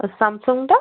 ଆଉ ସାମସଙ୍ଗଟା